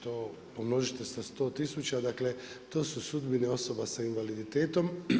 To pomnožite sa 100 tisuća, dakle, to su sudbine osoba sa invaliditetom.